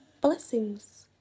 blessings